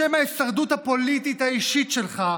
בשם ההישרדות הפוליטית האישית שלך,